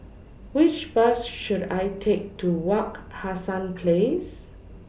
Which Bus should I Take to Wak Hassan Place